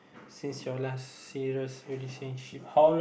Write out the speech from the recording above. since your last serious relationship